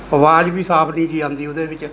ਆਵਾਜ਼ ਵੀ ਸਾਫ ਨਹੀਂ ਜੀ ਆਉਂਦੀ ਉਹਦੇ ਵਿੱਚ